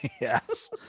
Yes